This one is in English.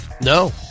No